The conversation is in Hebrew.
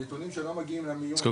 הנתונים שלא מגיעים למיון --- אז קודם